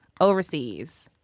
overseas